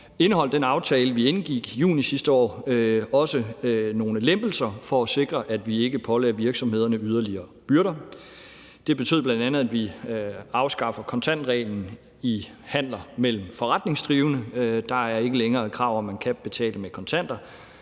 indeholdt den aftale, vi indgik juni sidste år, også nogle lempelser for at sikre, at vi ikke pålagde virksomhederne yderligere byrder. Det betød bl.a., at vi afskaffer kontantreglen i handler mellem forretningsdrivende: Der er ikke længere krav om, at man kan betale med kontanter.